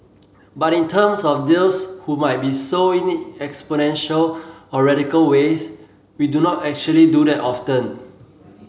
but in terms of those who might be so in exponential or radical ways we do not actually do that often